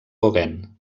gauguin